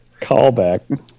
Callback